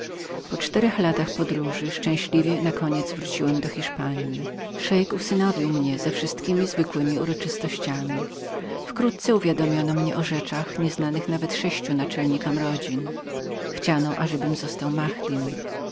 po czterech latach podróży szczęśliwie nakoniec wróciłem do hiszpanji szeik przysposobił mnie ze wszystkiemi zwykłemi uroczystościami wkrótce uwiadomiono mnie o rzeczach nieznanych nawet sześciu naczelnikom rodzin chciano ażebym został mahaddym